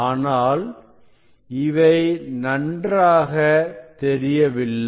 ஆனால் இவை நன்றாக தெரியவில்லை